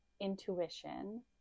intuition